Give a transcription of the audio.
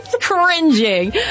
cringing